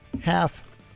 half